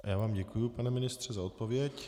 Já vám děkuji, pane ministře, za odpověď.